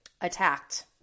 attacked